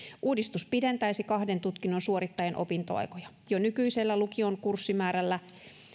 uudistus pidentäisi kahden tutkinnon suorittajien opintoaikoja jo nykyisellä lukion kurssimäärällä